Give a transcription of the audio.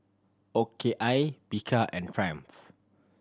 O K I Bika and Triumph